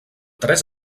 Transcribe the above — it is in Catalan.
tres